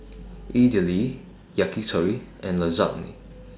Idili Yakitori and Lasagne